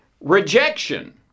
rejection